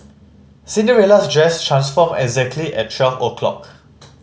Cinderella's dress transformed exactly at twelve o'clock